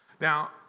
Now